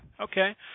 Okay